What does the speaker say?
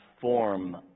form